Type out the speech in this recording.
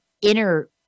inner